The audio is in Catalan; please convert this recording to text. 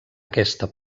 aquesta